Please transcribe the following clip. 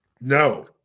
no